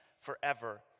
forever